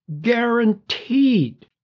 Guaranteed